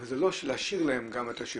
אבל זה לא להשאיר להם את השירות,